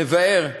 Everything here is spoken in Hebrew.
לבער,